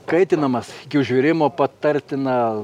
kaitinamas iki užvirimo patartina